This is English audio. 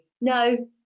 no